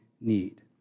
need